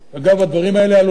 הדברים האלה עלולים לקרות,